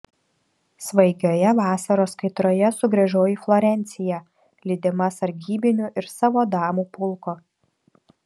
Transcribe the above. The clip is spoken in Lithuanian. svaigioje vasaros kaitroje sugrįžau į florenciją lydima sargybinių ir savo damų pulko